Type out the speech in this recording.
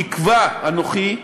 תקווה אנוכי,